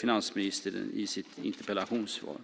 finansministern i sitt interpellationssvar säger att man eventuellt ska föreslå förändringar.